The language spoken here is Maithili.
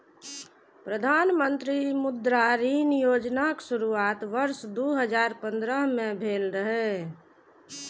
प्रधानमंत्री मुद्रा ऋण योजनाक शुरुआत वर्ष दू हजार पंद्रह में भेल रहै